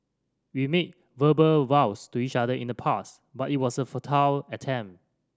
we made verbal vows to each other in the past but it was a futile attempt